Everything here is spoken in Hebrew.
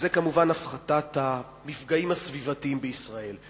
זה כמובן הפחתת המפגעים הסביבתיים בישראל,